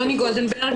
טוני גולדנברג,